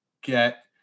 get